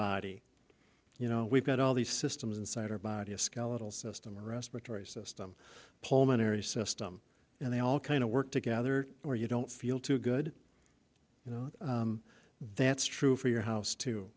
body you know we've got all these systems inside our body a skeletal system respiratory system pulmonary system and they all kind of work together or you don't feel too good you know that's true for your house too